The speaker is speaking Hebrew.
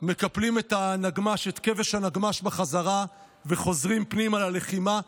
מקפלים את כבש הנגמ"ש בחזרה וחוזרים פנימה ללחימה.